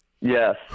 Yes